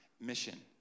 mission